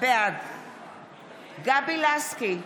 בעד גבי לסקי,